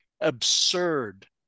absurd